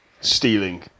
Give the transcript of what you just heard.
stealing